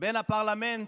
בין הפרלמנט,